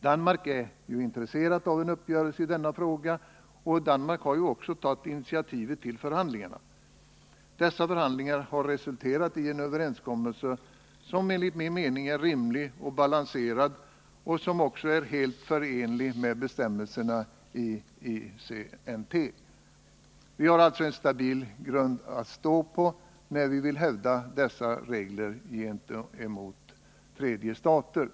Danmark är ju intresserat av en uppgörelse i denna fråga, och Danmark har tagit initiativet till förhandlingar. Dessa förhandlingar har resulterat i en överenskommelse som enligt min mening är rimlig och balanserad och som också är helt förenlig med bestämmelserna i ICNT. Vi har alltså en stabil grund att stå på när vi vill hävda dessa regler gentemot tredje stater.